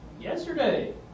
Yesterday